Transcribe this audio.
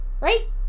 right